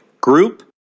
group